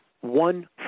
one